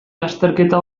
lasterketa